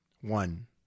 One